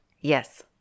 Yes